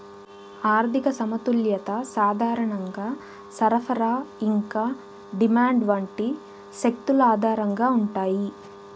ఆర్థిక సమతుల్యత సాధారణంగా సరఫరా ఇంకా డిమాండ్ వంటి శక్తుల ఆధారంగా ఉంటాయి